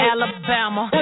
Alabama